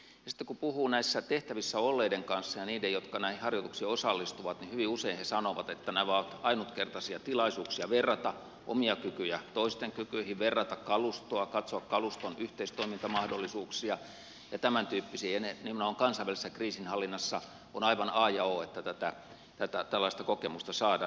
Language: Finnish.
sitten kun puhuu näissä tehtävissä olleiden kanssa ja niiden jotka näihin harjoituksiin osallistuvat niin hyvin usein he sanovat että nämä ovat ainutkertaisia tilaisuuksia verrata omia kykyjä toisten kykyihin verrata kalustoa katsoa kaluston yhteistoimintamahdollisuuksia ja tämäntyyppisiä ja nimenomaan kansainvälisessä kriisinhallinnassa on aivan a ja o että tällaista kokemusta saadaan